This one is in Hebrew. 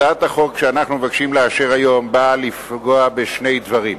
הצעת החוק שאנחנו מבקשים לאשר היום באה לפגוע בשני דברים: